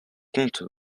comptes